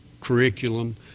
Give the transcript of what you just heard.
curriculum